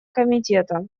комитета